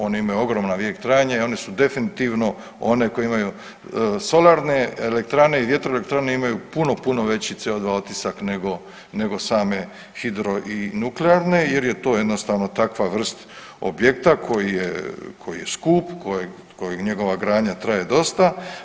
One imaju ogroman vijek trajanja i one su definitivno one koje imaju solarne elektrane i vjetroelektrane imaju puno, puno veći CO2 otisak nego same hidro i nuklearne, jer je to jednostavno takva vrst objekta koji je skup, kojeg njegova gradnja traje dosta.